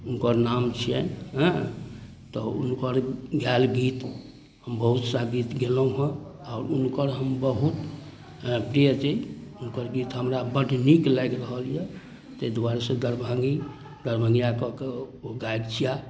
हुनकर नाम छियनि हँ तऽ हुनकर गायल गीत बहुत सा गीत गेलहुँ हँ आओर उनकर हम बहुत प्रिय छी हुनकर गीत हमरा बड्ड नीक लागि रहल यऽ तै दुआरे सँ दरभङ्गि दरभङ्गियाके कऽ ओ गायक छियाह